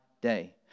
day